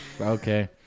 Okay